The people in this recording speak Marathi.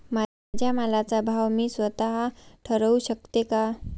माझ्या मालाचा भाव मी स्वत: ठरवू शकते का?